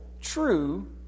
true